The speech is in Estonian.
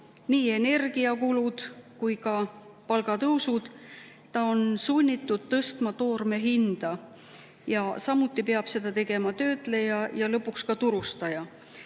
nii energiakulud kui ka palgatõusud. Ta on sunnitud tõstma [toote] hinda ning samuti peab seda tegema töötleja ja lõpuks ka turustaja.